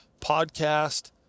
podcast